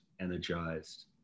energized